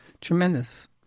tremendous